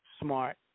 smart